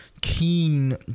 keen